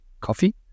coffee